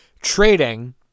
trading